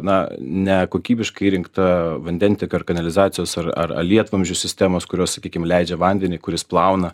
na nekokybiškai įrengta vandentiekio ar kanalizacijos ar ar ar lietvamzdžių sistemos kurios sakykim leidžia vandenį kuris plauna